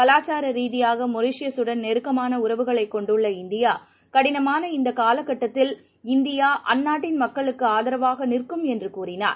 கலாச்சாரரீதியாகமொரிஷியசுடன் நெருக்கமாகஉறவுகளைகொண்டுள்ள இந்தியா கடினமான இந்தகாலக்கட்டத்தில் இந்தியாஅந்நாட்டின் மக்களுக்குஆதரவாகநிற்கும் என்றுகூறினார்